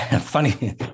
Funny